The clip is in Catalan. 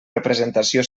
representació